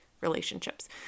relationships